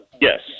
Yes